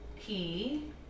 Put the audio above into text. key